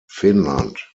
finnland